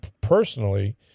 personally